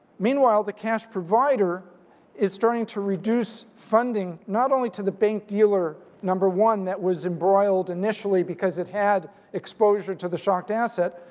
meanwhile, the cash provider is starting to reduce funding not only to the bank dealer number one that was embroiled initially because it had exposure to the shocked asset,